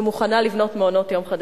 שמוכנה לבנות מעונות-יום חדשים.